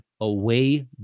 away